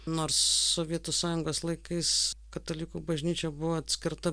nors sovietų sąjungos laikais katalikų bažnyčia buvo atskirta